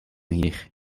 hier